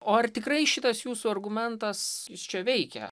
o ar tikrai šitas jūsų argumentas jis čia veikia